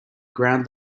ground